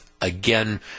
again